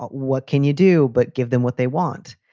what can you do but give them what they want,